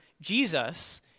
Jesus